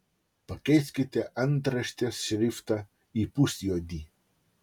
pakeiskite antraštės šriftą į pusjuodį